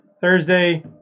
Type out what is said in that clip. Thursday